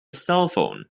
cellphone